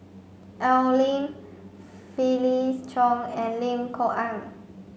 Al Lim Felix Cheong and Lim Kok Ann